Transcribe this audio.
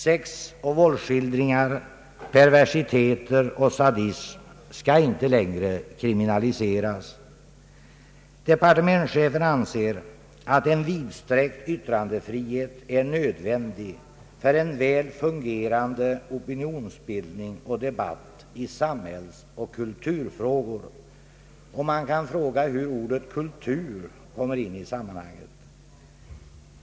Sexoch våldsskildringar, perversiteter och sadism skall inte längre kriminaliseras. Departementschefen anser att en vidsträckt yttrandefrihet är nödvändig för en väl fungerande opinionsbildning och debatt i samhällsoch kulturfrågor. Man kan fråga hur ordet kultur kommer in i sammanhanget.